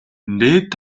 дээд